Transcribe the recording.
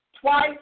twice